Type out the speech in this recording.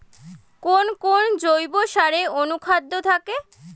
কোন কোন জৈব সারে অনুখাদ্য থাকে?